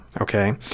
okay